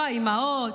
לא האימהות,